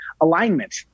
alignment